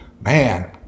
man